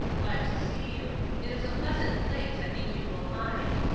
glad to see you it is a pleasant place, i think you will find.